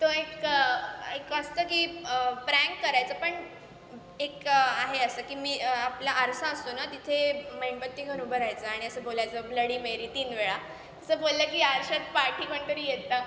तो एक एक असतं की प्रॅन्क करायचं पण एक आहे असं की मी आपला आरसा असतो ना तिथे मेणबत्ती घेऊन उभं राहायचं आणि असं बोलायचं ब्लडी मेरी तीन वेळा असं बोललं की आरशात पाठी कोणीतरी येतं